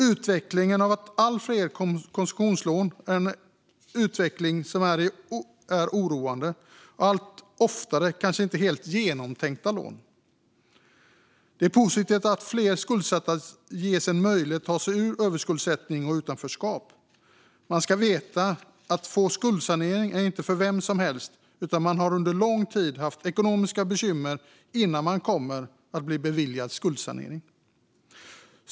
Utvecklingen med allt fler konsumtionslån är oroande, och allt oftare är det kanske inte helt genomtänkta lån. Det är positivt att fler skuldsatta ges en möjlighet att ta sig ur överskuldsättning och utanförskap. Man ska veta att få skuldsanering är inte för vem som helst, utan man har under lång tid haft ekonomiska bekymmer innan man blir beviljad skuldsanering.